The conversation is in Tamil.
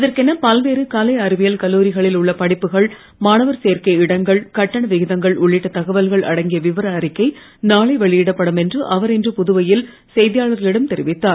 இதற்கென பல்வேறு கலை அறிவியல் கல்லூரிகளில் உள்ள படிப்புகள் மாணவர் சேர்க்கை இடங்கள் கட்டண விகிதங்கள் உள்ளிட்ட தகவல்கள் அடங்கிய விவர அறிக்கை நாளை வெளியிடப்படும் என்று அவர் இன்று புதுவையில் செய்தியாளர்களிடம் தெரிவித்தார்